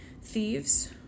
Thieves